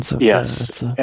Yes